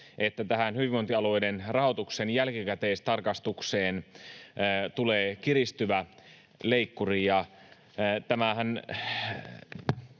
että tähän hyvinvointialueiden rahoituksen jälkikäteistarkastukseen tulee kiristyvä leikkuri. Tämä